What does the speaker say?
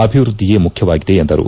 ಅಭಿವೃದ್ದಿಯೇ ಮುಖ್ಯವಾಗಿದೆ ಎಂದರು